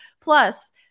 plus